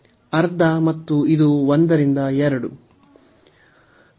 12 ಮತ್ತು ಇದು 1 ರಿಂದ 2